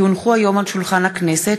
כי הונחו היום על שולחן הכנסת,